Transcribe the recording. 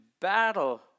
battle